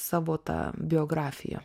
savo tą biografiją